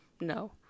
No